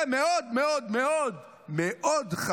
זה מאוד מאוד מאוד חשוב.